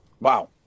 Wow